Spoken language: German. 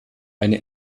eine